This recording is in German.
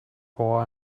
bauer